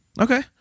okay